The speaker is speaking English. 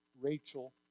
Rachel